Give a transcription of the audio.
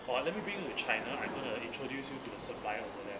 orh let me bring you to china I'm gonna introduce you to the supplier over there